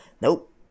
nope